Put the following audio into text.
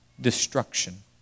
destruction